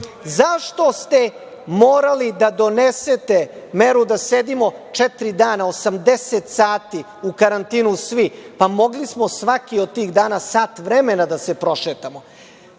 Zašto ste morali da donesete meru da sedimo četiri dana, osamdeset sati u karantinu svi? Pa, mogli smo svaki od tih dana sat vremena da se prošetamo. Vi,